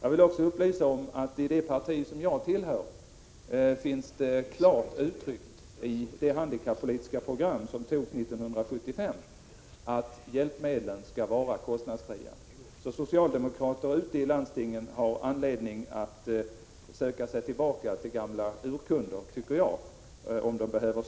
Jag vill också upplysa om att när det gäller det parti som jag tillhör finns det klart uttryckt i det handikappolitiska program som togs 1975 att hjälpmedlen skall vara kostnadsfria. Om socialdemokrater ute i landstingen behöver stöd för sin uppfattning, tycker jag att de har anledning att söka sig tillbaka till gamla — Prot. 1986/87:67 urkunder.